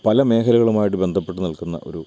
പല മേഖലകളുമായിട്ട് ബന്ധപ്പെട്ട് നിൽക്കുന്ന ഒരു